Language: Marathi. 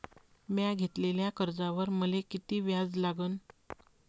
म्या घेतलेल्या कर्जावर मले किती व्याज लागन?